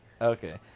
Okay